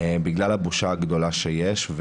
בגלל הבושה הגדולה שיש.